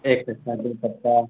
ایک کٹا دو کٹا